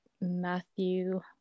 Matthew